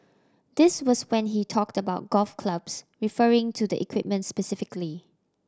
this was when he talked about golf clubs referring to the equipment specifically